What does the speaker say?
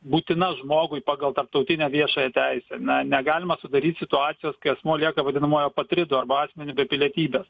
būtina žmogui pagal tarptautinę viešąją teisę na negalima sudaryt situacijos kai asmuo lieka vadinamuoju apatridu arba asmeniu be pilietybės